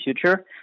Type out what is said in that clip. future